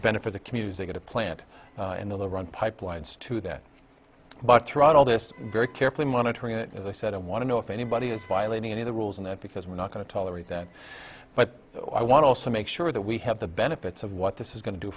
benefit the community to get a plant in the run pipelines to that but throughout all this very carefully monitoring it as i said i want to know if anybody is violating any of the rules in that because we're not going to tolerate that but so i want to also make sure that we have the benefits of what this is going to do